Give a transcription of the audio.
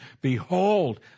behold